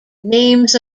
names